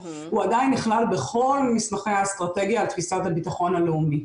הוא עדיין נכלל בכל מסמכי האסטרטגיה על תפיסת הביטחון הלאומי.